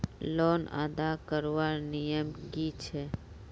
Loan अदा करवार नियम की छे?